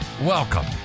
Welcome